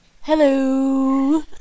Hello